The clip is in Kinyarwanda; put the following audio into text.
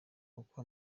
uko